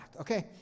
Okay